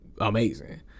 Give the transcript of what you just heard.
amazing